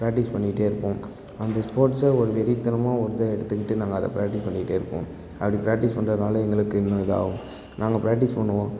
practice பண்ணிக்கிட்டே இருப்போம் அந்த ஸ்போர்ட்ஸை ஒரு வெறித்தனமாக ஒரு இதை எடுத்துக்கிட்டு நாங்கள் அதை ப்ராக்டிஸ் பண்ணிக்கிட்டே இருப்போம் அப்படி ப்ராக்டிஸ் பண்ணுறதுனால எங்களுக்கு இன்னும் இதாகவும் நாங்கள் ப்ராக்டிஸ் பண்ணுவோம்